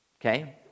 Okay